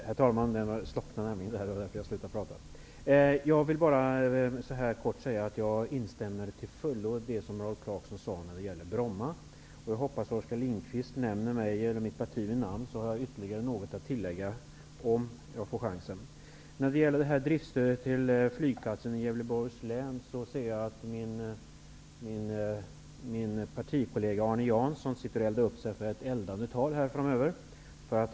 Herr talman! Jag vill bara kort säga att jag till fullo instämmer i det som Rolf Clarkson sade om Bromma. Jag hoppas att Oskar Lindkvist nämner mig vid namn eller mitt parti, eftersom jag har ytterligare något att tillägga om jag får chansen. När det gäller reservationen om driftstödet för flygplatserna i Gävleborgs län ser jag att min partikollega Arne Jansson sitter och eldar upp sig för ett eldande tal här framöver.